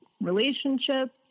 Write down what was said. relationships